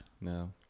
No